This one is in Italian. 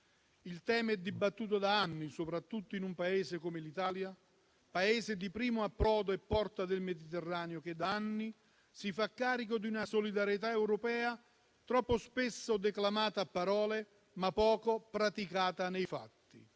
Il tema è dibattuto da anni, soprattutto in Italia, Paese di primo approdo e porta del Mediterraneo che da anni si fa carico di una solidarietà europea troppo spesso declamata a parole, ma poco praticata nei fatti.